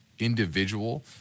individual